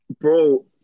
Bro